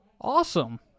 Awesome